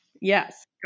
Yes